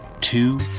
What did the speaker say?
two